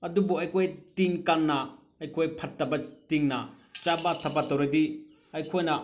ꯑꯗꯨꯕꯨ ꯑꯩꯈꯣꯏ ꯇꯤꯟ ꯀꯥꯡꯅ ꯑꯩꯈꯣꯏ ꯐꯠꯇꯕ ꯇꯤꯟꯅ ꯆꯥꯕ ꯊꯠꯄ ꯇꯧꯔꯗꯤ ꯑꯩꯈꯣꯏꯅ